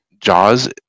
Jaws